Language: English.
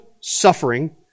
suffering